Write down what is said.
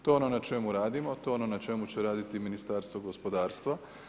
To je ono na čemu radimo, to je ono na čemu će raditi Ministarstvo gospodarstva.